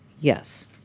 yes